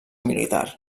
militar